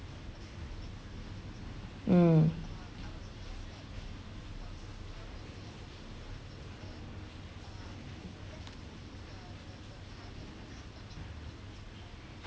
mm